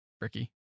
Ricky